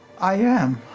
i am.